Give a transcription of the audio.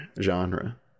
genre